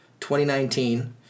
2019